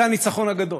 זה הניצחון הגדול.